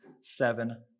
seven